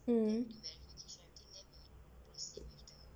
mm